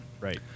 Right